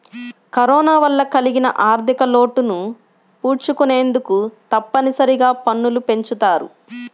corona వల్ల కలిగిన ఆర్ధికలోటును పూడ్చుకొనేందుకు తప్పనిసరిగా పన్నులు పెంచుతారు